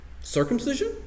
circumcision